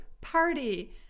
party